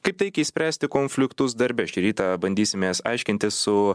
kaip taikiai spręsti konfliktus darbe šį rytą bandysimės aiškintis su